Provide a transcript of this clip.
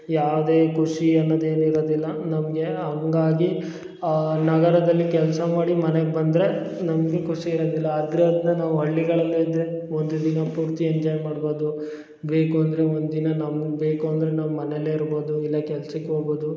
ಯಾವುದೇ ಖುಷಿ ಅನ್ನೋದೇನು ಇರೋದಿಲ್ಲ ನಮಗೆ ಹಂಗಾಗಿ ಆ ನಗರದಲ್ಲಿ ಕೆಲಸ ಮಾಡಿ ಮನೆಗೆ ಬಂದರೆ ನಮಗೆ ಖುಷಿ ಇರದಿಲ್ಲ ಆದ್ದರಿಂದ ನಾವು ಹಳ್ಳಿಗಳಲ್ಲೆ ಇದ್ದರೆ ಒಂದು ದಿನ ಪೂರ್ತಿ ಎಂಜಾಯ್ ಮಾಡ್ಬೋದು ಬೇಕು ಅಂದರೆ ಒಂದಿನ ನಮ್ಗೆ ಬೇಕು ಅಂದರೆ ನಾವು ಮನೆಯಲ್ಲೇ ಇರ್ಬೋದು ಇಲ್ಲ ಕೆಲ್ಸಕ್ಕೆ ಹೋಗ್ಬೋದು